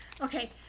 Okay